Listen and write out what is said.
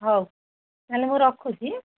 ହଉ ତା'ହେଲେ ମୁଁ ରଖୁଛି